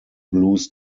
blues